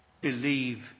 believe